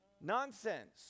Nonsense